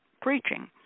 preaching